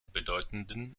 bedeutenden